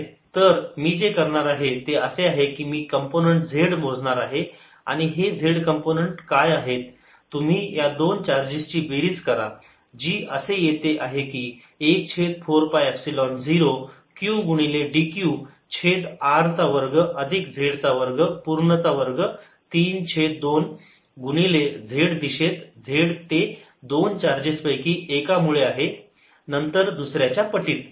dF14π0qdzr2z232zzrx तर मी जे करणार आहे ते असे आहे की मी कंपोनंन्ट z मोजणार आहे आणि हे z कंपोनंन्ट काय आहे तुम्ही या दोन चार्जेस ची बेरीज करा जी असे येत आहे की 1 छेद 4 पाय एपसिलोन 0 q गुणिले dq छेद r चा वर्ग अधिक z चा वर्ग पूर्ण चा वर्ग 3 छेद 2 गुणिले z दिशेत z ते दोन चार्जेस पैकी एका मुळे आहे नंतर दुसऱ्याच्या पटीत